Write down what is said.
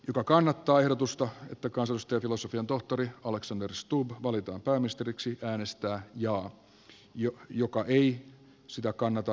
joka kannattaa ehdotusta että kansanedustaja filosofian tohtori alexander stubb valitaan pääministeriksi äänestää jaa joka ei sitä kannata